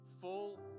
Full